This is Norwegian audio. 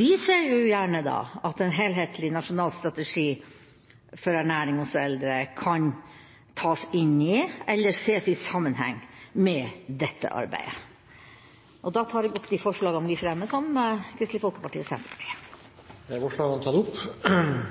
Vi ser da gjerne at en helhetlig nasjonal strategi for ernæring hos eldre kan tas inn i eller ses i sammenheng med dette arbeidet. Det er maten som arbeider, sa alltid mine barns oldemor da vi satt rundt kjøkkenbordet hennes og spiste. Hun var født, oppvokst og